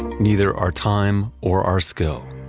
neither our time or our skill.